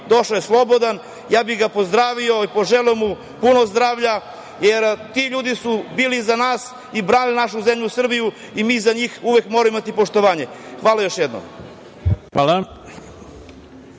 Došao je slobodan i pozdravio bih ga i poželeo mu puno zdravlja, jer ti ljudi su bili za nas i branili našu zemlju Srbiju i mi za njih uvek moramo imati poštovanje. Hvala. **Ivica